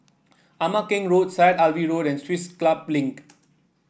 Ama Keng Road Syed Alwi Road and Swiss Club Link